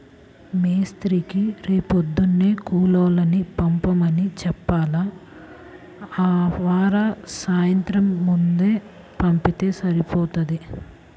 మేస్త్రీకి రేపొద్దున్నే కూలోళ్ళని పంపమని చెప్పాల, ఆవార సాయంత్రం ముందే పంపిత్తే సరిపోయిద్ది